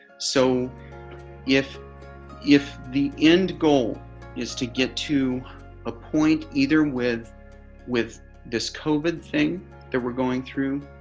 so if if the end goal is to get to a point either with with this covid thing that we're going through